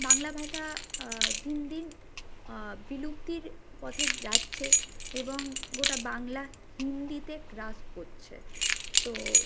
বাংলা ভাষা দিন দিন বিলুপ্তির পথে যাচ্ছে এবং গোটা বাংলা হিন্দিতে গ্রাস করছে তো